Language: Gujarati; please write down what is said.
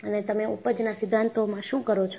અને તમે ઊપજના સિદ્ધાંતોમાં શું કરો છો